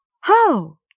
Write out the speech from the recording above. How